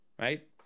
right